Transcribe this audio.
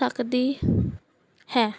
ਸਕਦੀ ਹੈ